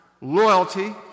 loyalty